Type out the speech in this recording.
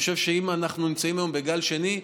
אני חושב שאם אנחנו נמצאים היום בגלל שני,